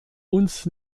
uns